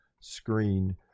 screen